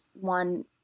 one